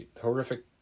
horrific